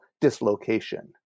dislocation